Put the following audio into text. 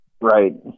Right